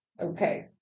Okay